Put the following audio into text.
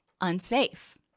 unsafe